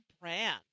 Brand